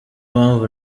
mpamvu